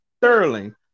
Sterling